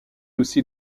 aussi